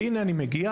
הנה אני מגיע,